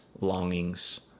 longings